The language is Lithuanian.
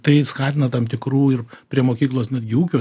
tai skatina tam tikrų ir prie mokyklos netgi ūkio